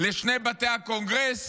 לשני בתי הקונגרס,